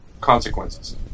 consequences